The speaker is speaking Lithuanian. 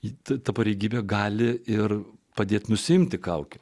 ir ta pareigybė gali ir padėti nusiimti kaukę